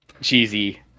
cheesy